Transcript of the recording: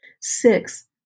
Six